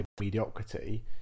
mediocrity